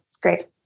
great